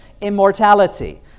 immortality